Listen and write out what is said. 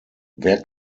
wer